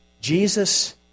Jesus